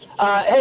hey